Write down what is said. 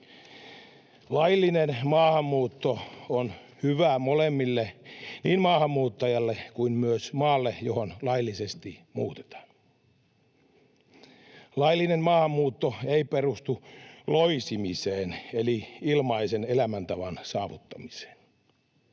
Laillinen maahanmuutto on hyvä molemmille, niin maahanmuuttajalle kuin myös maalle, johon laillisesti muutetaan. Laillinen maahanmuutto ei perustu loisimiseen eli ilmaisen elämäntavan saavuttamiseen.